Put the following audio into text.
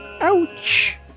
Ouch